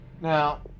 Now